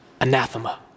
Anathema